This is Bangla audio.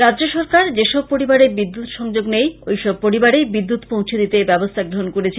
রাজ্যসরকার যেসব পরিবারে বিদ্যৎ সংযোগ নেই ঐসব পরিবারে বিদ্যূৎ পৌছে দিতে ব্যবস্থা গ্রহন করেছে